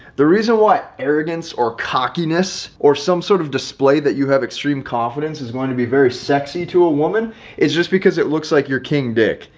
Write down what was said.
the reason why arrogance or cockiness or some sort of display that you have extreme confidence is going to be very sexy to a woman is just because it looks like your king dick.